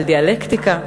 על דיאלקטיקה,